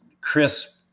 crisp